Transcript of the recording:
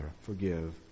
forgive